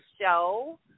show